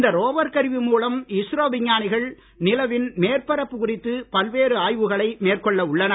இந்த ரோவர் கருவி மூலம் இஸ்ரோ விஞ்ஞானிகள் நிலவின் மேற்பரப்பு குறித்து பல்வேறு ஆய்வுகளை மேற்கொள்ள உள்ளனர்